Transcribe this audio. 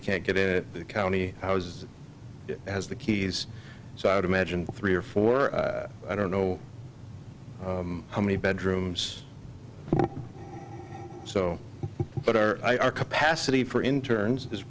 can't get in it the county i was has the keys so i would imagine three or four i don't know how many bedrooms so what are our capacity for interns is